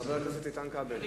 חבר הכנסת איתן כבל?